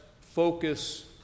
focus